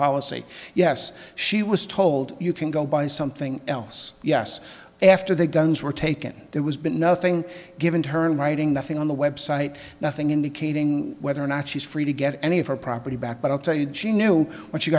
policy yes she was told you can go buy something else yes after the guns were taken there was been nothing given to her and writing nothing on the website nothing indicating whether or not she's free to get any of her property back but i'll tell you geno what she